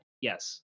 Yes